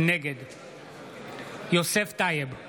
נגד יוסף טייב,